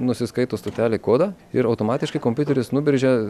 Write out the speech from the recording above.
nusiskaito stotelė kodą ir automatiškai kompiuteris nubrėžia